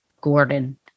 Gordon